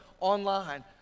online